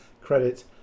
credit